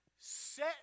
set